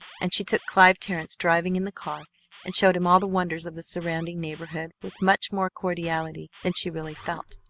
and she took clive terrence driving in the car and showed him all the wonders of the surrounding neighborhood with much more cordiality than she really felt.